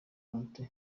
valentin